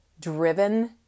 driven